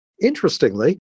Interestingly